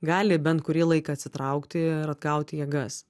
gali bent kurį laiką atsitraukti ir atgauti jėgas